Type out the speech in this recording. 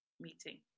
meeting